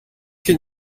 can